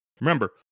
Remember